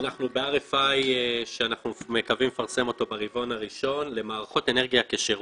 אנחנו ב-RFI שמקווים לפרסם אותו ברבעון הראשון למערכות אנרגיה כשירות.